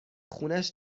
خونش